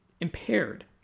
impaired